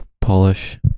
Polish